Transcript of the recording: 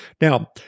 Now